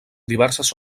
diverses